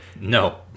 No